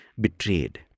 betrayed